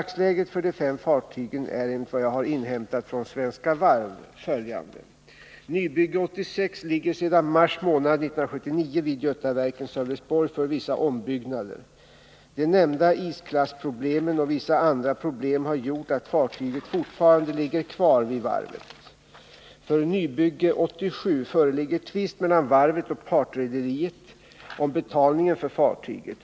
Dagsläget för de fem fartygen är enligt vad jag har inhämtat från Svenska Varv följande. Nybygge 86 ligger sedan mars månad 1979 vid Götaverken Sölvesborg för vissa ombyggnader. De nämnda isklassproblemen och vissa andra problem har gjort att fartyget fortfarande ligger kvar vid varvet. För nybygge 87 föreligger tvist mellan varvet och partrederiet om betalningen för fartyget.